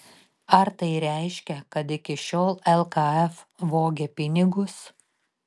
ar tai reiškia kad iki šiol lkf vogė pinigus